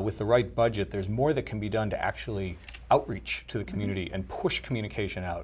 with the right budget there's more that can be done to actually outreach to the community and push communication out